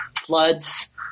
floods